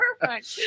perfect